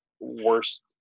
worst